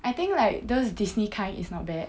I think like those Disney kind is not bad